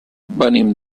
venim